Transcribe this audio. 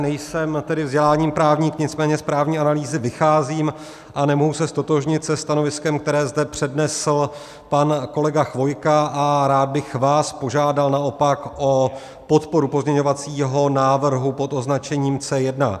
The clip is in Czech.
Nejsem tedy vzděláním právník, nicméně z právní analýzy vycházím a nemohu se ztotožnit se stanoviskem, které zde přednesl pan kolega Chvojka, a rád bych vás požádal naopak o podporu pozměňovacího návrhu pod označením C1.